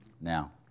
Now